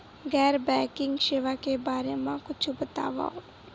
गैर बैंकिंग सेवा के बारे म कुछु बतावव?